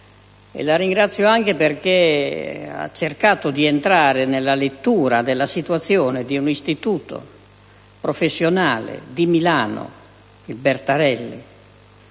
lo ringrazio anche perché ha cercato di entrare nella lettura della situazione di un istituto professionale di Milano, il «Bertarelli»,